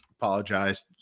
apologized